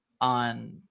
on